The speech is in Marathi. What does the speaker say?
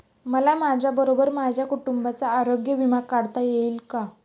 मला माझ्याबरोबर माझ्या कुटुंबाचा आरोग्य विमा काढता येईल का?